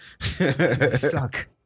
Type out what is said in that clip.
suck